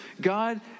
God